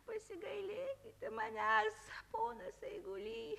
pasigailėkite manęs ponas eiguly